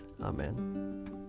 Amen